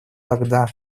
тогда